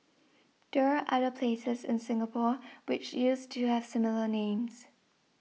there are other places in Singapore which used to have similar names